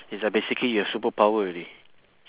is like basically you have superpower already